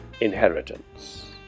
inheritance